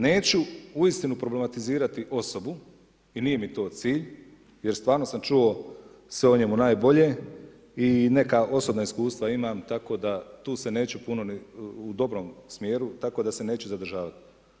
Neću uistinu problematizirati osobu, jer nije mi to cilj, jer stvarno sam čuo sve o njemu najbolje i neka osobna iskustva imam tako da tu se neću puno, u dobrom smjeru, tako da se neću zadržavat.